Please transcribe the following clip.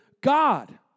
God